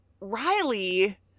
Riley